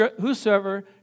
whosoever